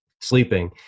sleeping